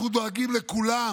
אנחנו דואגים לכולם,